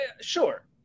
sure